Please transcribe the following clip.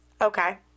okay